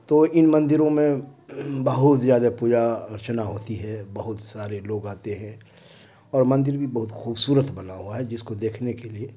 تو ان مندروں میں بہت زیادہ پوجا ارچنا ہوتی ہے بہت سارے لوگ آتے ہیں اور مندر بھی بہت خوبصورت بنا ہوا ہے جس کو دیکھنے کے لیے